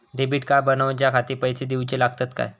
Debit card बनवण्याखाती पैसे दिऊचे लागतात काय?